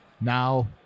Now